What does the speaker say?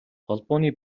холбооны